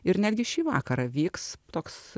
ir netgi šį vakarą vyks toks